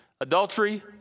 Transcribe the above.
adultery